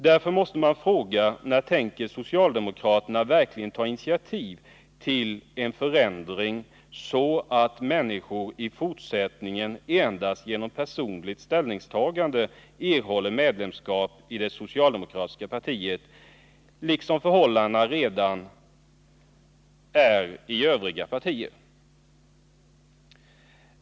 Jag vill därför fråga: När tänker socialdemokraterna verkligen ta initiativ till en förändring, så att människor i fortsättningen endast genom personligt ställningstagande erhåller medlemskap i det socialdemokratiska partiet liksom förhållandet redan är i övriga partier?